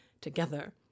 together